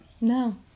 No